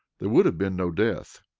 there would have been no death,